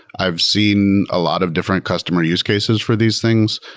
i've seen a lot of different customer use cases for these things,